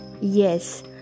Yes